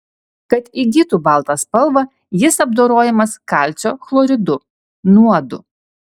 kad įgytų baltą spalvą jis apdorojamas kalcio chloridu nuodu